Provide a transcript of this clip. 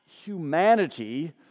humanity